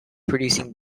producing